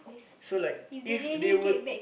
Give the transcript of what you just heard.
so like if they were